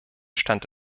stand